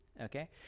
Okay